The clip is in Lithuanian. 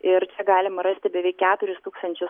ir čia galima rasti beveik keturis tūkstančius